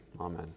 Amen